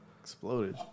exploded